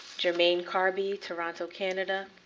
jermaine carby, toronto, canada.